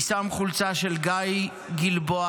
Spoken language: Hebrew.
אני לובש חולצה של גיא גלבוע-דלאל,